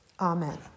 Amen